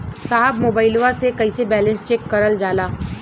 साहब मोबइलवा से कईसे बैलेंस चेक करल जाला?